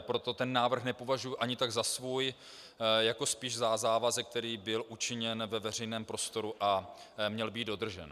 Proto návrh nepovažuji ani tak za svůj, jako spíš za závazek, který byl učiněn ve veřejném prostoru a měl být dodržen.